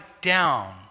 down